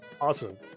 Awesome